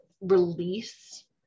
release